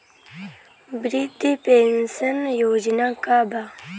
वृद्ध पेंशन योजना का बा?